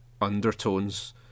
undertones